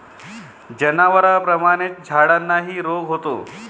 जनावरांप्रमाणेच झाडांनाही रोग होतो